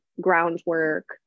groundwork